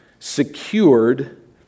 secured